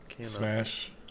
Smash